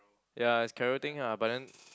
ya it's carroting ah but then